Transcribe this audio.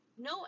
no